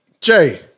Jay